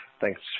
Thanks